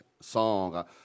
song